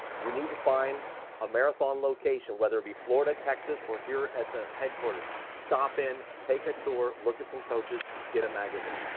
you need to find a marathon location, whether it be florida, texas or here at the headquarters, stop in, take a tour, look at some coaches get a magazine.